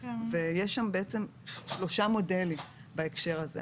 יש שם שלושה מודלים בהקשר הזה.